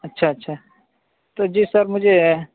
اچھا اچھا تو جی سر مجھے